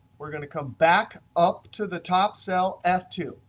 we're going to come back up to the top cell, f two.